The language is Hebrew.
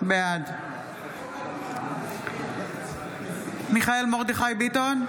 בעד מיכאל מרדכי ביטון,